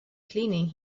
cleaning